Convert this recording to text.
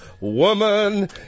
woman